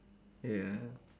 ya